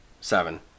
Seven